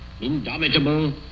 indomitable